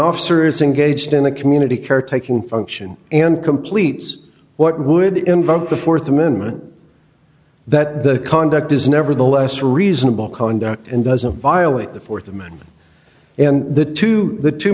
officer is in gauged in a community caretaking function and completes what would invoke the th amendment that the conduct is nevertheless reasonable conduct and doesn't violate the th amendment and the two the two